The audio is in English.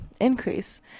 increase